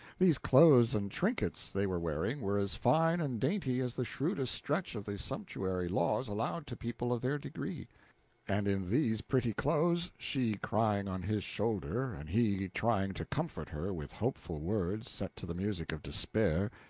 these clothes and trinkets they were wearing were as fine and dainty as the shrewdest stretch of the sumptuary laws allowed to people of their degree and in these pretty clothes, she crying on his shoulder, and he trying to comfort her with hopeful words set to the music of despair,